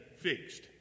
fixed